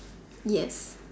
yes